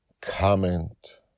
comment